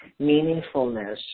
meaningfulness